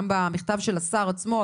גם במכתב של השר עצמו,